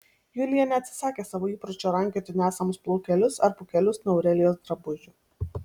julija neatsisakė savo įpročio rankioti nesamus plaukelius ar pūkelius nuo aurelijos drabužių